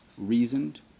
reasoned